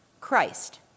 Christ